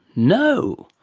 no.